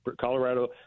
Colorado